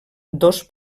dos